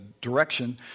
direction